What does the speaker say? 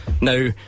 Now